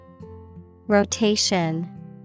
Rotation